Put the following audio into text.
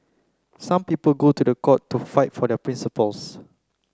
some people go to court to fight for their principles